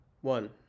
one